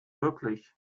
wirklich